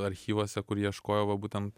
archyvuose kur ieškojau va būtent